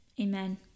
Amen